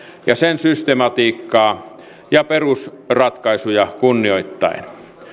sen systematiikkaa ja perusratkaisuja kunnioittaen